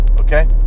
okay